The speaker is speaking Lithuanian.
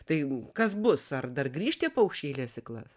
tai kas bus ar dar grįš tie paukščiai į lesyklas